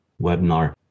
webinar